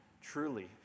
truly